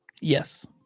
yes